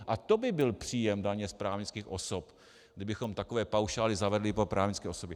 A to by byl příjem daně z právnických osob, kdybychom takové paušály zavedli pro právnické osoby!